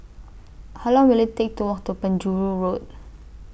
How Long Will IT Take to Walk to Penjuru Road